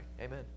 Amen